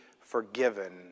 forgiven